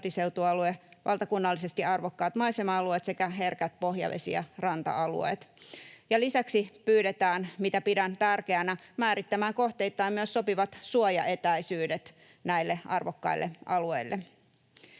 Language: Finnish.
valtakunnallisesti arvokkaat maisema-alueet sekä herkät pohjavesi‑ ja ranta-alueet. Ja lisäksi pyydetään, mitä pidän tärkeänä, määrittämään kohteittain myös sopivat suojaetäisyydet näille arvokkaille alueille.